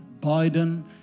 Biden